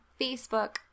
Facebook